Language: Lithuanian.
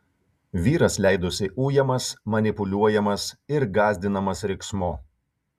vyras leidosi ujamas manipuliuojamas ir gąsdinamas riksmu